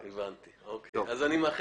גם פגם במבנה הקואליציוני הפוליטי המקומי בעיר.